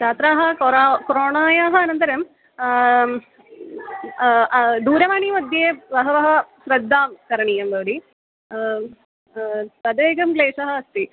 छात्राः कोरा क्रोणायाः अनन्तरं दूरवाणी मध्ये बहवः श्रद्दा करणीया भवति तदेकं क्लेशः अस्ति